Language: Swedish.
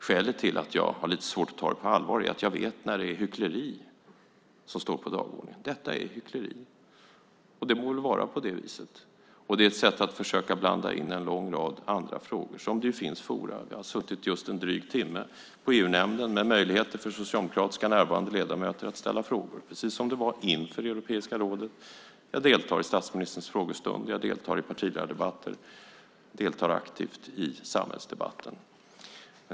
Skälet till att jag har lite svårt att ta det på allvar är att jag vet när det är hyckleri som står på dagordningen. Detta är hyckleri. Det må väl vara på det viset. Det är också ett sätt att försöka blanda in en lång rad andra frågor som det finns forum för. Jag har just suttit en dryg timme i EU-nämnden med möjligheter för socialdemokratiska närvarande ledamöter att ställa frågor, precis som det var inför Europeiska rådet. Jag deltar i statsministerns frågestund. Jag deltar i partiledardebatter. Jag deltar aktivt i samhällsdebatten.